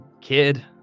kid